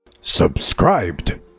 Subscribed